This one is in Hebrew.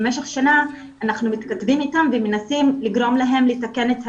במשך שנה אנחנו מתכתבים איתם ומנסים לגרום להם לתקן את העוול.